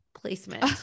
placement